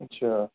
اچھا